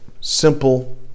simple